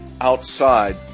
outside